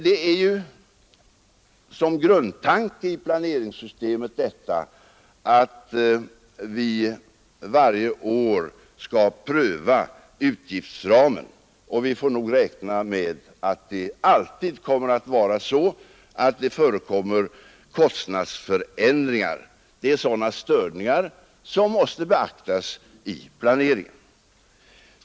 Det är ju en grundtanke i planeringssystemet att vi varje år skall pröva utgiftsramen, och vi får räkna med att det alltid kommer att ske kostnadsökningar. Det är sådana störningar som vi måste beakta vid planeringen.